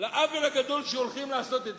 לעוול הגדול שהולכים לעשות.